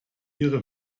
ihre